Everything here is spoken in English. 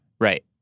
Right